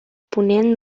ponent